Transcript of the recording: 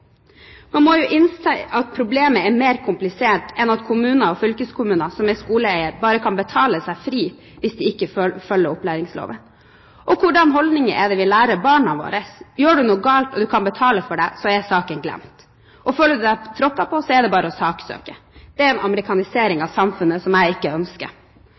Man må jo innse at problemet er mer komplisert enn at kommuner og fylkeskommuner, som er skoleeiere, bare kan betale seg fri hvis de ikke følger opplæringsloven. Hvilken holdning er det vi lærer barna våre? Gjør du noe galt og kan betale for det, så er saken glemt. Føler du deg tråkket på, er det bare å saksøke. Det er en amerikanisering av samfunnet som jeg ikke ønsker.